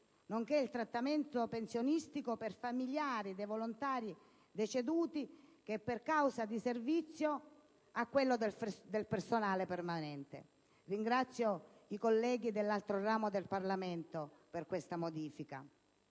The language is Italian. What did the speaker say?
nonché il trattamento pensionistico per i familiari dei volontari deceduti per cause di servizio a quello del personale permanente. Ringrazio i colleghi dell'altro ramo del Parlamento per questa modifica